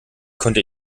konnte